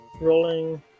rolling